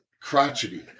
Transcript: crotchety